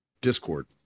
discord